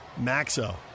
Maxo